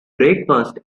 breakfast